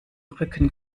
rücken